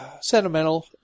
sentimental